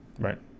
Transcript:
Right